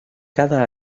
cada